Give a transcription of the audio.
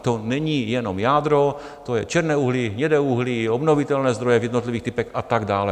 A to není jenom jádro, to je černé uhlí, hnědé uhlí, obnovitelné zdroje v jednotlivých typech a tak dále.